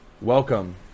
welcome